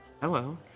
Hello